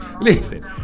listen